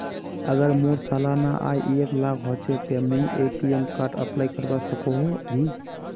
अगर मोर सालाना आय एक लाख होचे ते मुई ए.टी.एम कार्ड अप्लाई करवा सकोहो ही?